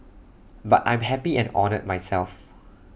but I'm happy and honoured myself